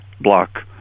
block